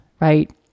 right